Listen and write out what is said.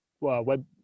web